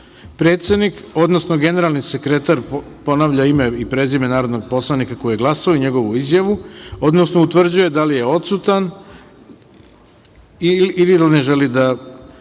predsednik, odnosno generalni sekretar ponavlja ime i prezime narodnog poslanika koji je glasao i njegovu izjavu, odnosno utvrđuje da li je odsutan ili da ne želi da